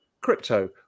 crypto